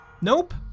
Nope